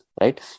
right